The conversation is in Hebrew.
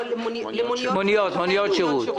רק למוניות ומוניות שירות.